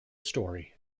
story